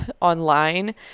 online